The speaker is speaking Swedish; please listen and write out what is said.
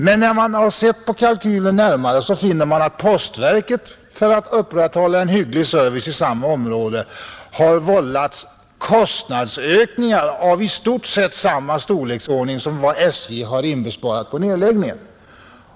Men den som ser närmare på resultatet finner att postverket för att upprätthålla en hygglig service i samma område har vållats kostnadsökningar av i stort sett samma storleksordning som vad SJ har inbesparat på nedläggningen.